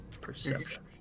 Perception